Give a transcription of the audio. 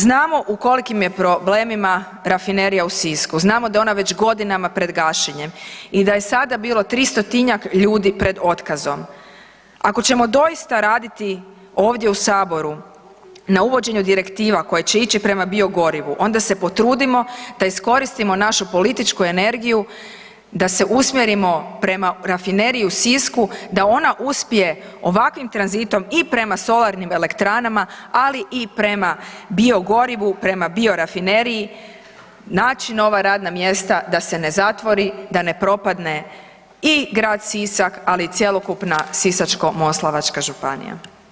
Znamo u kolikim je problemima Rafinerija u Sisku, znamo da je ona već godina pred gašenjem i da je sada bilo 300-njak ljudi pred otkazom, ako ćemo doista raditi ovdje u Saboru na uvođenju direktiva koje će ići prema biogorivu onda se potrudimo da iskoristimo našu političku energiju da se usmjerimo prema Rafineriji u Sisku da ona uspije ovakvim tranzitom i prema solarnim elektranama, ali i prema biogorivu, prema biorafinieriji naći nova radna mjesta da se ne zatvori, da ne propadne i Grad Sisak, ali i cjelokupna Sisačko-moslavačka županija.